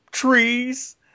trees